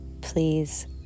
please